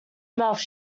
mouth